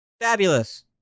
Fabulous